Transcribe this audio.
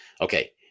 Okay